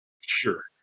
Sure